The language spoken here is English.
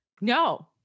No